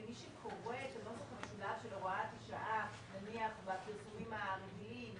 מי שקורא את הנוסח המשולב של הוראת השעה נניח בפרסומים הרגילים,